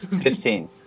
Fifteen